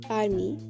army